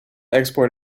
export